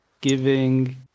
giving